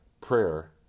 prayer